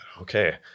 okay